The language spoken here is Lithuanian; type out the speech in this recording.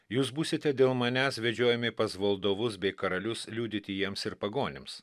jūs būsite dėl manęs vedžiojami pas valdovus bei karalius liudyti jiems ir pagonims